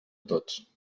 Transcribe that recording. tots